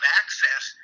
access